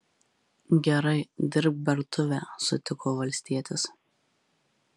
gerai dirbk bertuvę sutiko valstietis